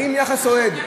האם יחס אוהד?